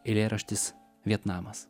eilėraštis vietnamas